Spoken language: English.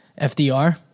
FDR